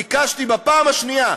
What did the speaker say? ביקשתי בפעם השנייה,